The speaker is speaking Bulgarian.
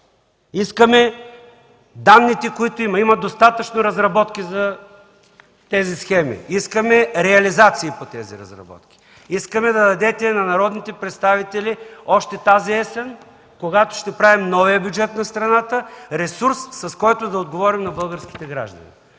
Искаме данните, които има за тези схеми, има достатъчно разработки, искаме реализации по тези разработки! Искаме да дадете на народните представители още тази есен, когато ще правим новия бюджет на страната, ресурс, с който да отговорим на българските граждани.